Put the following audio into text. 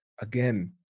Again